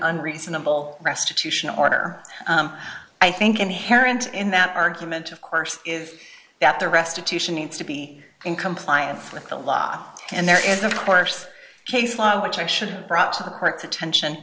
unreasonable restitution order i think inherent in that argument of course is that the restitution needs to be in compliance with the law and there is of course case law which i should have brought to the court's attention